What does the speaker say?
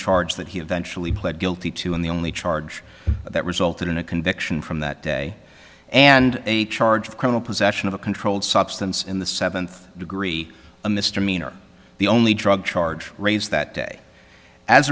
charge that he eventually pled guilty to and the only charge that resulted in a conviction from that day and a charge of criminal possession of a controlled substance in the seventh degree a misdemeanor the only drug charge raised that day as